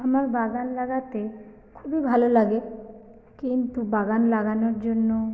আমার বাগান লাগাতে খুবই ভালো লাগে কিন্তু বাগান লাগানোর জন্য